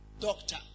doctor